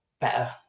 better